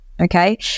okay